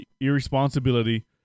irresponsibility